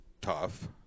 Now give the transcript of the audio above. tough